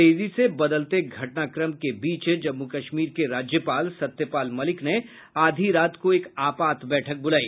तेजी से बदलते घटनाक्रम के बीच जम्मू कश्मीर के राज्यपाल सत्यपाल मलिक ने आधी रात को एक आपात बैठक ब्रुलाई